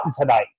tonight